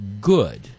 good